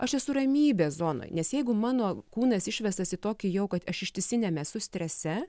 aš esu ramybės zonoj nes jeigu mano kūnas išvestas į tokį jau kad aš ištisiniame esu strese